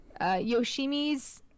Yoshimi's